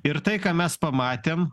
ir tai ką mes pamatėm